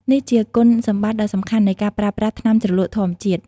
នេះជាគុណសម្បត្តិដ៏សំខាន់នៃការប្រើប្រាស់ថ្នាំជ្រលក់ធម្មជាតិ។